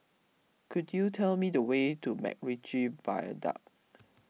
could you tell me the way to MacRitchie Viaduct